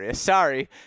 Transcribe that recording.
sorry